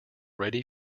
ready